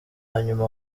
hanyuma